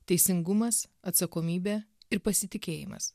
teisingumas atsakomybė ir pasitikėjimas